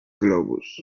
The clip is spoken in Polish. globus